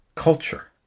Culture